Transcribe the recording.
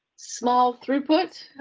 smell throughput,